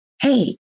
hey